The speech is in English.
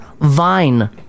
Vine